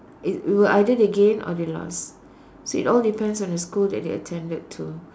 it will either they gain or they lost so it all depends on the school that they attended to